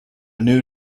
new